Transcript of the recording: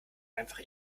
einfach